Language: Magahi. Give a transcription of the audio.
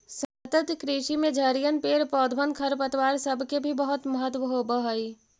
सतत कृषि में झड़िअन, पेड़ पौधबन, खरपतवार सब के भी बहुत महत्व होब हई